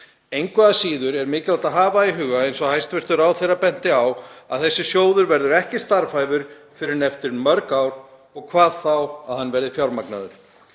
Engu að síður er mikilvægt að hafa í huga, eins og hæstv. ráðherra benti á, að þessi sjóður verður ekki starfhæfur fyrr en eftir mörg ár og hvað þá að hann verði fjármagnaður.